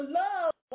love